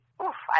oof